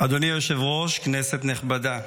אדוני היושב-ראש, כנסת נכבדה,